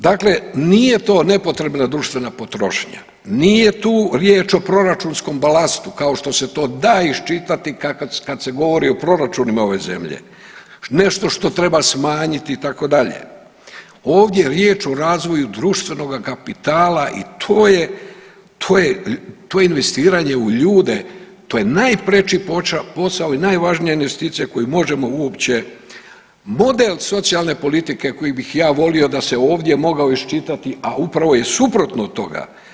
Dakle, nije to nepotrebna društvena potrošnja, nije tu riječ o proračunskom balastu kao što se to da iščitati kad se govori o proračunima ove zemlje, nešto što treba smanjiti itd., ovdje je riječ o razvoju društvenoga kapitala i to je, to je, to je investiranje u ljude, to je najpreči posao i najvažnija investicija koju možemo uopće, model socijalne politike koji bih ja volio da se ovdje mogao iščitati, a upravo je suprotno od toga.